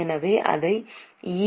எனவே அதை ஈ